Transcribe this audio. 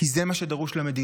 כי זה מה שדרוש למדינה.